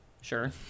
Sure